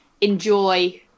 enjoy